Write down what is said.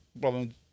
Problem